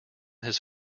his